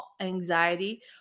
anxiety